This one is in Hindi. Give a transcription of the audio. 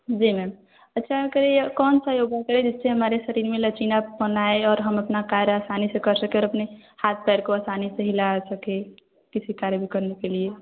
जी मैम अच्छा करिए कौन सा योग करें जिससे हमारे शरीर में लचीलापन आए और हम अपना कार्य आसानी से कर सकें और अपने हाथ पैर को आसानी से हिलाए सकें किसी कार्य को करने के लिए